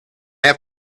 have